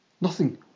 Nothing